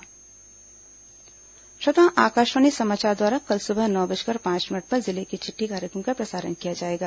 जिले की चिट्ठी श्रोताओं आकाशवाणी समाचार द्वारा कल सुबह नौ बजकर पांच मिनट पर जिले की चिट्ठी कार्यक्रम का प्रसारण किया जाएगा